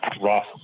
Ross